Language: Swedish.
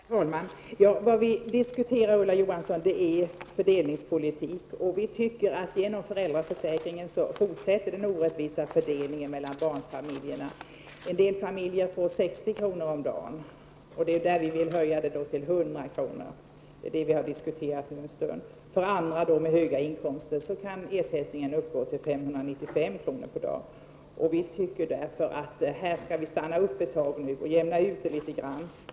Herr talman! Vad vi diskuterar, Ulla Johansson, är fördelningspolitik. Vi tycker att den orättvisa fördelningen mellan barnfamiljerna fortsätter genom föräldraförsäkringen. En del familjer får 60 kr. per dag. Det är detta belopp som vi vill höja till 100 kr. Det är det som vi nu har diskuterat en stund. Familjer med höga inkomster kan däremot få en ersättning på 595 kr. per dag. Vi tycker att man skall stanna upp och jämna ut detta litet grand.